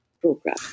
program